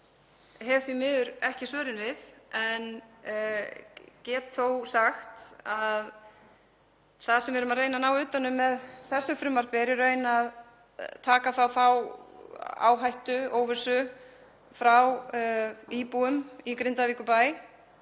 hef því miður ekki svörin við en get þó sagt að það sem við erum að reyna að ná utan um með þessu frumvarpi er í raun að taka áhættu og óvissu frá íbúum í Grindavíkurbæ